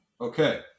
Okay